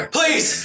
Please